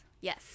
Yes